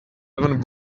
seven